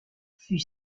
fut